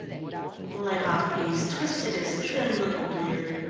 muley hafiz twisted his trim little beard.